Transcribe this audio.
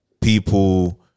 people